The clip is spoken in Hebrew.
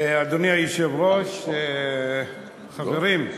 אדוני היושב-ראש, חברים,